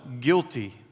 guilty